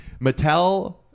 Mattel